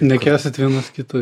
nekęsit vienas kito